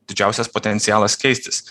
didžiausias potencialas keistis